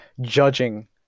judging